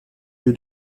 lieu